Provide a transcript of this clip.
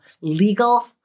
legal